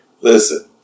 Listen